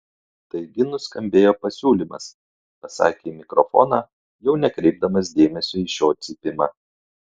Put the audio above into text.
taigi nuskambėjo pasiūlymas pasakė į mikrofoną jau nekreipdamas dėmesio į šio cypimą